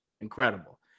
Incredible